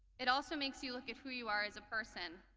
it also makes you look at who you are as a person.